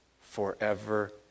forever